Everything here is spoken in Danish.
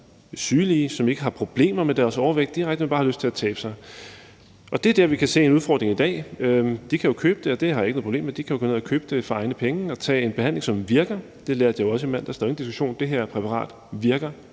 sygelige, og som ikke har problemer med deres overvægt direkte, men bare har lyst til at tabe sig, og det er der, vi kan se en udfordring i dag. De kan jo købe det her, og det har jeg ikke noget problem med. De kan jo gå ned at købe det for deres egne penge og tage en behandling, som virker. Det lærte jeg jo også i mandags: Der er ingen diskussion om, at det her præparat virker